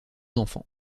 enfants